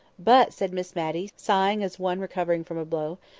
but, said miss matty, sighing as one recovering from a blow,